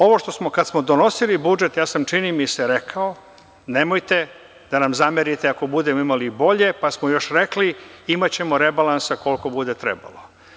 Ovo što smo kada smo donosili budžet, ja sam čini mi se rekao – nemojte da nam zamerite ako budemo imali bolje; pa smo još rekli – imaćemo rebalansa koliko bude trebalo.